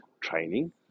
training